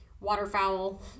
waterfowl